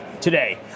today